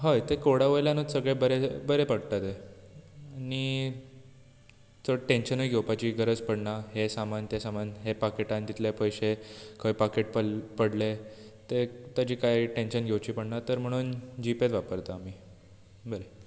हय ते कोडा वयल्यानूच सगळें बरे बरे पडटा आनी चड टॅन्शन घेवपाची गरज पडना हें सामान तें सामान हे पाकीटान तितलें पयशें खंय पाकीट पडले तें ताजे कांय टॅन्शन घेवचें पडना तर म्हणून जीपेच वापरतां आमी बरें